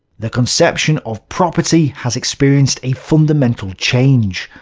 the conception of property has experienced a fundamental change.